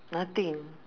nothing